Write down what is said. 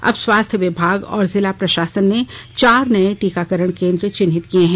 अब स्वास्थ्य विभाग और जिला प्रशासन ने चार नये टीकाकरण केन्द्र चिन्हित किये हैं